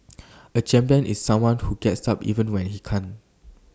A champion is someone who gets up even when he can't